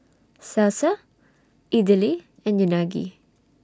Salsa Idili and Unagi